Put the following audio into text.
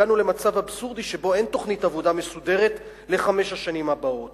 הגענו למצב אבסורדי שבו אין תוכנית עבודה מסודרת לחמש השנים הבאות.